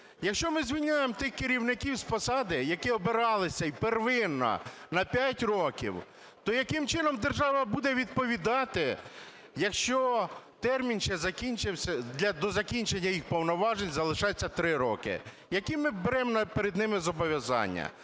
Якщо ми звільняємо тих керівників з посади, які обиралися і первинно на 5 років, то яким чином держава буде відповідати, якщо термін ще закінчився... до закінчення їх повноважень залишається 3 роки? Які ми беремо перед ними зобов'язання?